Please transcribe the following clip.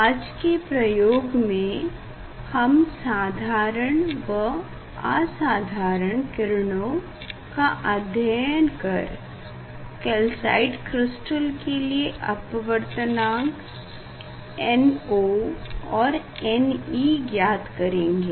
आज के प्रयोग में हम साधारण व आसधारण किरणों का अध्ययन कर कैल्साइट क्रिस्टल के लिए अपवर्तनांक no और ne ज्ञात करेंगे